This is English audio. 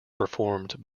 performed